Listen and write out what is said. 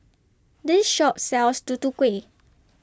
This Shop sells Tutu Kueh